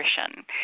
nutrition